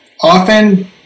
often